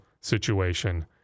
situation